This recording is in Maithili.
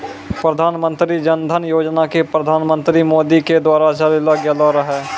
प्रधानमन्त्री जन धन योजना के प्रधानमन्त्री मोदी के द्वारा चलैलो गेलो रहै